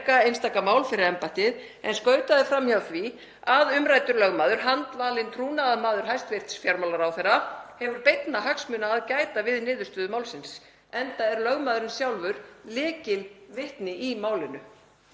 en skautaði fram hjá því að umræddur lögmaður, handvalinn trúnaðarmaður hæstv. fjármálaráðherra, hefur beinna hagsmuna að gæta við niðurstöðu málsins enda er lögmaðurinn sjálfur lykilvitni í málinu.